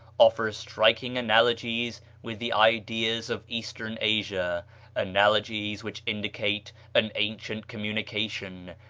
offer striking analogies with the ideas of eastern asia analogies which indicate an ancient communication,